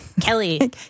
kelly